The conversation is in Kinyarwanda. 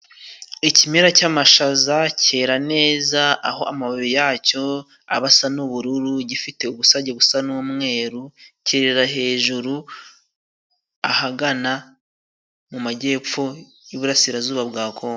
Ikimera cy'amashaza cyera neza aho amababi yacyo aba asa n'ubururu, gifite ubusagi busa n'umweru. Cyerera hejuru ahagana mu majyepfo y'iburarasirazuba bwa congo.